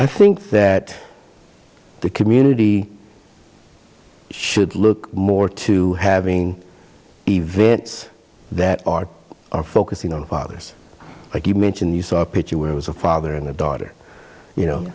i think that the community should look more to having events that are focusing on fathers like you mentioned you saw a picture where it was a father and a daughter you know